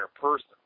person